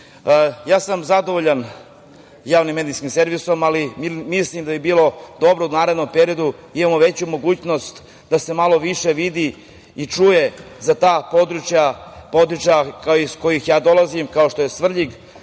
sam zadovoljan javnim medijskim servisom, ali mislim da bi bilo dobro da u narednom periodu imamo veću mogućnost da se malo više vidi i čuje za ta područja iz kojih ja dolazim, kao što je Svrljig,